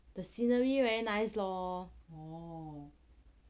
the scenery very nice lor